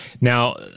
Now